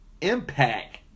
impact